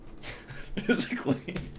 Physically